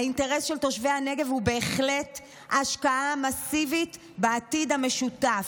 האינטרס של תושבי הנגב הוא בהחלט השקעה מסיבית בעתיד המשותף.